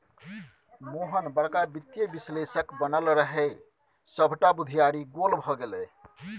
मोहन बड़का वित्तीय विश्लेषक बनय रहय सभटा बुघियारी गोल भए गेलै